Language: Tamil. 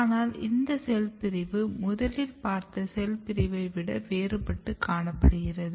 ஆனால் இந்த செல் பிரிவு முதலில் பார்த்த செல் பிரிவைவிட வேறுபட்டு காணப்படுகிறது